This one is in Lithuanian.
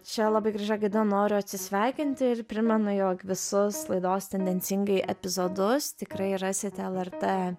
šia labai gražia gaida noriu atsisveikinti ir primenu jog visus laidos tendencingai epizodus tikrai rasite lrt